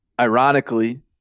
ironically